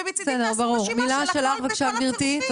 ומצדי תעשו רשימה של הכול וכל הצירופים.